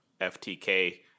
FTK